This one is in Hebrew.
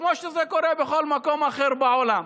כמו שזה קורה בכל מקום אחר בעולם.